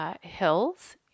hills